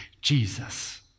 Jesus